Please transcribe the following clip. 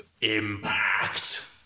impact